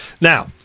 Now